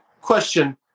question